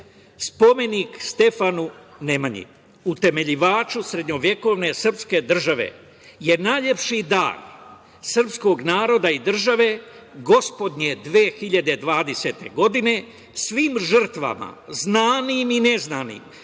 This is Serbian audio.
spomenik Stefanu Nemanji, utemeljivaču srednjovekovne srpske države, je najlepši dar srpskog naroda i države gospodnje 2020. godine svim žrtvama, znanim i neznanim,